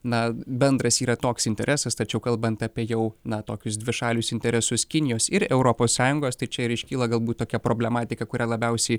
na bendras yra toks interesas tačiau kalbant apie jau na tokius dvišalius interesus kinijos ir europos sąjungos tai čia ir iškyla galbūt tokia problematika kurią labiausiai